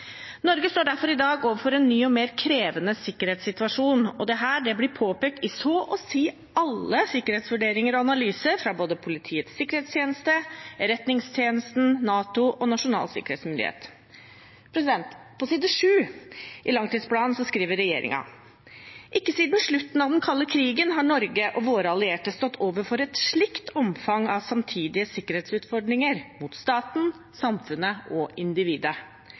Norge står derfor i dag overfor en ny og mer krevende sikkerhetssituasjon, og dette blir påpekt i så å si alle sikkerhetsvurderinger og analyser fra både Politiets sikkerhetstjeneste, Etterretningstjenesten, NATO og Nasjonal sikkerhetsmyndighet. På side 7 i langtidsplanen for Forsvaret skriver regjeringen: «Ikke siden slutten av den kalde krigen har Norge og våre allierte stått overfor et slikt omfang av samtidige sikkerhetsutfordringer – mot staten, samfunnet og individet.»